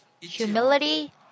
humility